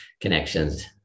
connections